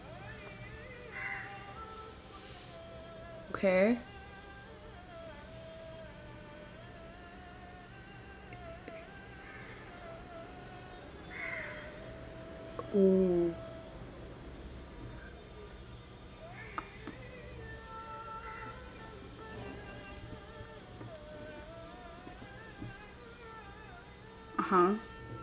okay oh (uh huh)